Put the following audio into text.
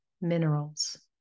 minerals